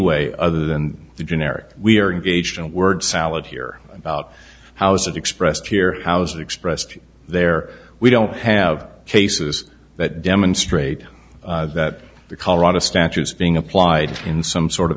way other than the generic we are engaged in word salad here about how is it expressed here how's it expressed there we don't have cases that demonstrate that the colorado statutes being applied in some sort of